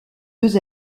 deux